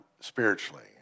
spiritually